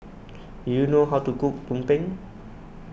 do you know how to cook Tumpeng